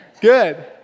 Good